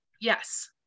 Yes